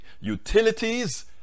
utilities